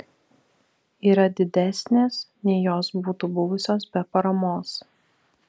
yra didesnės nei jos būtų buvusios be paramos